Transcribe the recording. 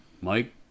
Mike